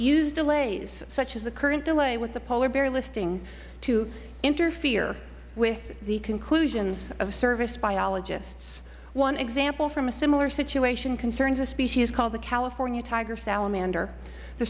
use delays such as the current delay with the polar bear listing to interfere with the conclusions of service biologists one example from a similar situation concerns a species called the california tiger salamander the